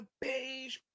beige